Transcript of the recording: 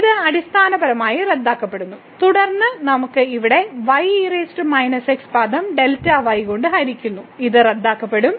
ഇത് അടിസ്ഥാനപരമായി റദ്ദാക്കപ്പെടുന്നു തുടർന്ന് നമുക്ക് ഇവിടെ പദം കൊണ്ട് ഹരിക്കുന്നു ഇത് റദ്ദാക്കപ്പെടും